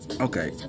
Okay